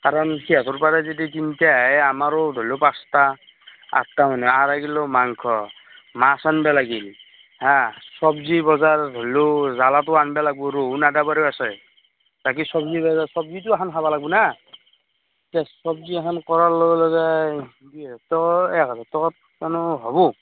কাৰণ কিয় ঘৰৰপৰা যদি তিনটা আহে আমাৰো ধৰিলোঁ পাঁচটা আঠটা মানুহ আঢ়ৈ কিলো মাংস মাছ আনিব লাগিল হা চব্জি বজাৰ ধৰিলোঁ জালাটো আনিব লাগিব ৰহুন আদা বাৰু আছে বাকী চব্জি বজাৰ চব্জিটো এখন খাব লাগিব না তে চব্জি এখন কৰাৰ লগে লগে তোৰ এক হাজাৰ টকাত জানো হ'ব